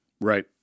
Right